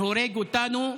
שהורג אותנו,